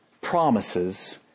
promises